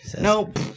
Nope